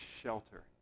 shelter